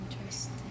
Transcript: Interesting